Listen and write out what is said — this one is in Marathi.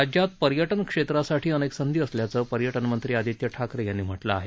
राज्यात पर्यटन क्षेत्रासाठी अनेक संधी असल्याचं पर्यटनमंत्री आदित्य ठाकरे यांनी म्हटलं आहे